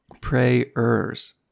Prayers